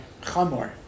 chamor